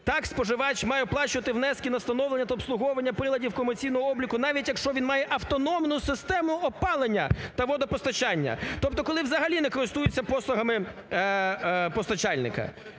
Так, споживач має оплачувати внески на встановлення та обслуговування приладів комерційного обліку навіть, якщо він має автономну систему опалення та водопостачання! Тобто, коли взагалі не користується послугами постачальника.